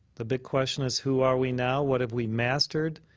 the big question is, who are we now? what have we mastered?